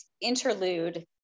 interlude